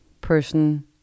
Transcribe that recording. person